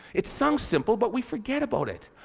it sounds simple but we forget about it.